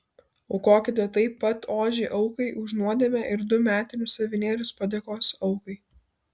aukokite taip pat ožį aukai už nuodėmę ir du metinius avinėlius padėkos aukai